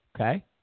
Okay